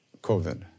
COVID